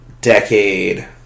decade